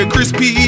Crispy